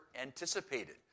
anticipated